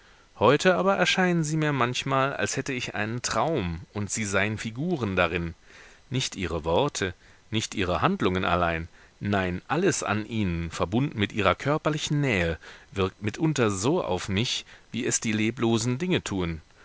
heute aber erscheinen sie mir manchmal als hätte ich einen traum und sie seien figuren darin nicht ihre worte nicht ihre handlungen allein nein alles an ihnen verbunden mit ihrer körperlichen nähe wirkt mitunter so auf mich wie es die leblosen dinge tuen